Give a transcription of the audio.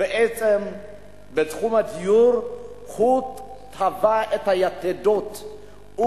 היא שבתחום הדיור הוא תקע את היתדות,